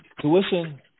Tuition